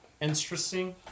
Interesting